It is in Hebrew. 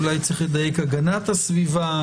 אולי צריך לדייק ולומר הגנת הסביבה,